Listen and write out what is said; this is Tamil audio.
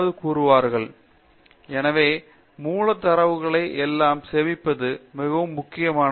பேராசிரியர் சத்யநாராயணன் என் கும்மாடி எனவே மூல தரவுகளை எல்லாம் சேமிப்பது மிகவும் முக்கியமானது